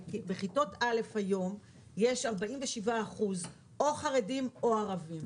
בכיתות א' היום יש 47% או חרדים או ערבים.